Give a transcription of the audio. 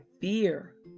fear